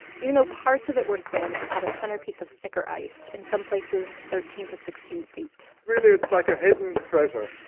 even though parts of it were thin, it had a centerpiece of thicker ice, in some places thirteen to sixteen feet really, it's like a hidden treasure.